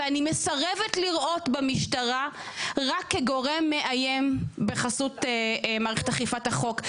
ואני מסרבת לראות במשטרה רק כגורם מאיים בחסות מערכת אכיפת החוק.